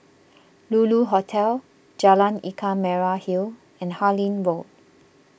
Lulu Hotel Jalan Ikan Merah Hill and Harlyn Road